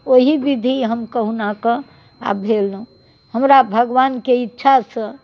ओहि विधि हम कोहुनाके आ भेलहुॅं हमरा भगवानके इच्छा से